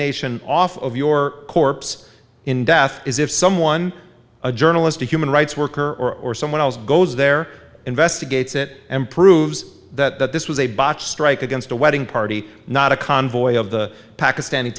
nation off of your corpse in death is if someone a journalist a human rights worker or someone else goes there investigates it and proves that this was a botched strike against a wedding party not a convoy of the pakistani